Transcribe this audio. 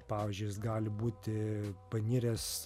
pavyzdžiui jis gali būti paniręs